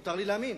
מותר לי להאמין?